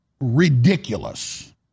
ridiculous